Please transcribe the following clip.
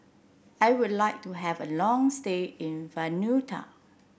I would like to have a long stay in Vanuatu